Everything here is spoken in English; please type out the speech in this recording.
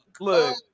look